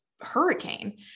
hurricane